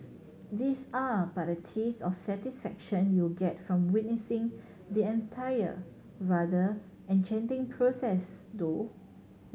these are but a taste of satisfaction you'll get from witnessing the entire rather enchanting process though